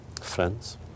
friends